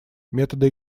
метода